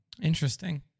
Interesting